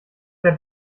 der